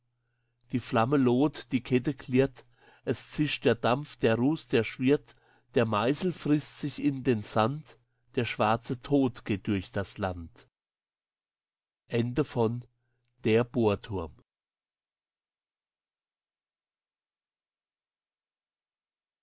die flamme loht die kette klirrt es zischt der dampf der ruß der schwirrt der meißel frißt sich in den sand der schwarze tod geht durch das land